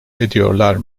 ediyorlar